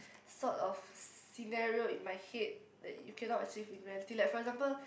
sort of scenario in my head like you cannot achieve in reality like for example